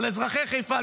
על אזרחי חיפה,